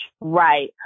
Right